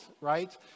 right